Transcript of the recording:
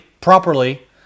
properly